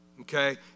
Okay